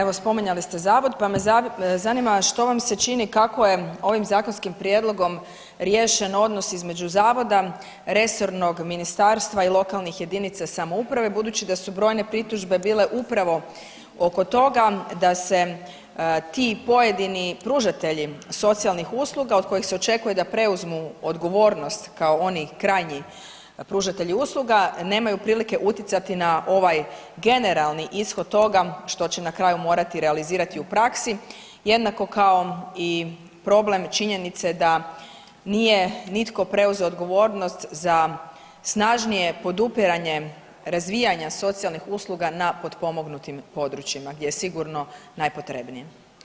Evo spominjali ste zavod pa me zanima što vam se čini kako je ovim zakonskim prijedlogom riješen odnos između zavoda, resornog ministarstva i lokalnih jedinica samouprave budući da su brojne pritužbe bile upravo oko toga da se ti pojedini pružatelji socijalnih usluga od kojih se očekuje da preuzmu odgovornost kao oni krajnji pružatelji usluga nemaju prilike utjecati na ovaj generalni ishod toga što će na kraju morati realizirati u praksi jednako kao i problem činjenice da nije nitko preuzeo odgovornost za snažnije podupiranje razvijanja socijalnih usluga na potpomognutim područjima gdje je sigurno najpotrebnije.